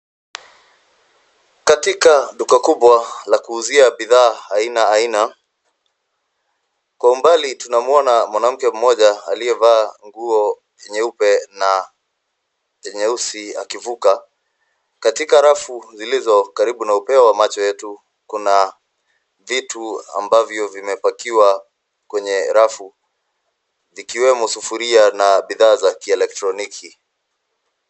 Katika duka kubwa la kuuzia bidhaa aina aina, kwa umbali tunamwona mwanamke mmoja aliyevaa nguo nyeupe na nyeusi akivuka. Katika rafu zilizo karibu na upeo wa macho yetu, kuna vitu ambavyo vimepakiwa kwenye rafu, vikiwemo sufuria na bidhaa za kielektroniki.